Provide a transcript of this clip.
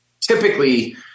typically